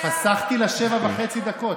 חסכתי לך שבע וחצי דקות.